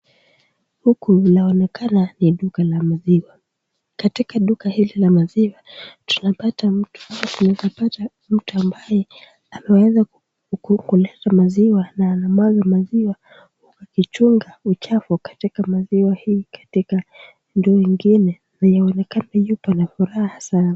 Huku inaonekana ni duka la maziwa, katika duka hili la maziwa tunapata mtu ambaye ameweza kuleta maziwa, na anamwaga maziwa huku akichunga uchafu katika maziwa hii katika ndoo ingine, na anaonekana yuko na furaha sana.